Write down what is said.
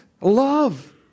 love